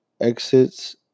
exits